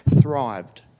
thrived